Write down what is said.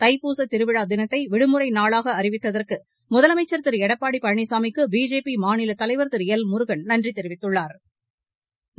தைப்பூச திருவிழா தினத்தை விடுமுறை நாளாக அறிவித்ததற்கு முதலமைச்சா் திரு எடப்பாடி பழனிசாமிக்கு பிஜேபி மாநில தலைவா் திரு எல் முருகன் நன்றி தெரிவித்துள்ளாா்